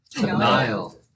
denial